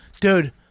Dude